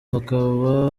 hakaba